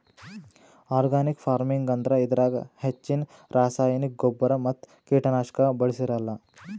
organic farming ಅಂದ್ರ ಇದ್ರಾಗ್ ಹೆಚ್ಚಿನ್ ರಾಸಾಯನಿಕ್ ಗೊಬ್ಬರ್ ಮತ್ತ್ ಕೀಟನಾಶಕ್ ಬಳ್ಸಿರಲ್ಲಾ